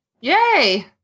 Yay